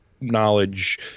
knowledge